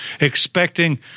expecting